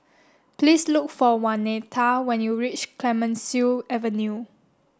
please look for Waneta when you reach Clemenceau Avenue